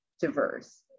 diverse